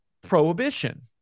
prohibition